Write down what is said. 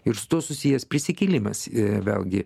ir su tuo susijęs prisikėlimas e vėlgi